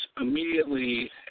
immediately